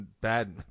bad